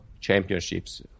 championships